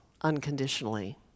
unconditionally